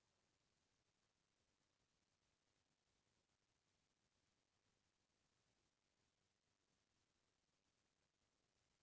bank ह loan बर जेन आवेदन मिलथे तेन ल बने जाँच परख करथे अउ लोन बर पात्र होथे तेन ल लोन देथे